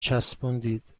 چسبوندید